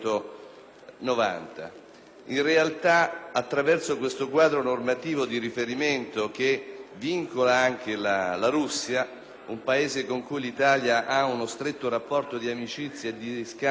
In realtà, attraverso questo quadro normativo di riferimento, che vincola anche la Russia (un Paese con cui l'Italia ha uno stretto rapporto di amicizia e di scambio